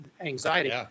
anxiety